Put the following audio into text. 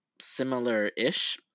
similar-ish